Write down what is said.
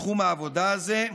בתחום העבודה הזה,